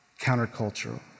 countercultural